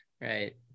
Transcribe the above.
Right